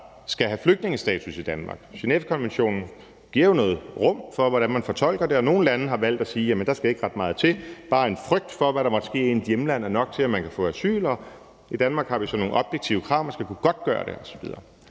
skal have flygtningestatus i Danmark. Genèvekonventionen giver jo noget rum for, hvordan man fortolker det, og nogle lande har valgt at sige, at der ikke skal ret meget til: Bare en frygt for, hvad der måtte ske i ens hjemland, er nok, til at man kan få asyl. I Danmark har vi så nogle objektive krav om, at man skal kunne godtgøre det osv.